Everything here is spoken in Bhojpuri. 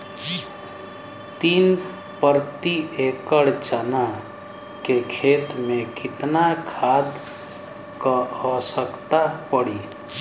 तीन प्रति एकड़ चना के खेत मे कितना खाद क आवश्यकता पड़ी?